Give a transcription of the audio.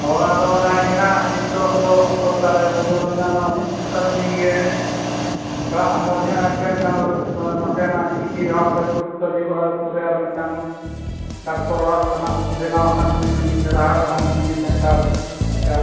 ᱦᱳᱭ ᱟᱫᱚ ᱚᱱᱟ ᱜᱮ ᱱᱟᱦᱟᱜ ᱱᱤᱛᱳᱜ ᱫᱚ ᱥᱚᱨᱠᱟᱨᱮ ᱵᱚᱫᱚᱞᱮᱱᱟ ᱱᱟᱣᱟᱱᱤᱡ ᱥᱚᱨᱠᱟᱨ ᱩᱱᱤ ᱜᱮ ᱨᱟᱜ ᱦᱚᱢᱚᱨ ᱧᱚᱜ ᱟᱭ ᱯᱮ ᱮᱱᱠᱷᱟᱱ ᱫᱚ ᱱᱟᱥᱮᱱᱟ ᱜ ᱠᱤᱪᱷᱤ ᱨᱮᱦᱚᱸ ᱟᱯᱮ ᱯᱮ ᱩᱯᱠᱟᱨ ᱧᱚᱜᱚᱜᱼᱟ ᱥᱩᱨ ᱨᱮ ᱟᱨ ᱢᱤᱫᱴᱟᱝ ᱰᱟᱠᱛᱚᱨ ᱚᱲᱟᱜ ᱛᱮᱱᱟᱜ ᱵᱮᱱᱟᱣ ᱠᱷᱟᱱ ᱦᱩᱰᱤᱧ ᱦᱩᱰᱤᱧ ᱫᱷᱟᱨᱟᱣᱟᱜ ᱨᱮᱦᱚᱸ ᱢᱤᱱᱤ ᱥᱮᱱᱴᱟᱨ ᱞᱮᱠᱟ